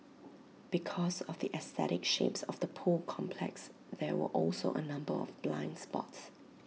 because of the aesthetic shapes of the pool complex there were also A number of blind spots